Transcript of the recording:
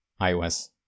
iOS